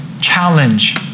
challenge